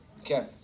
Okay